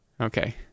Okay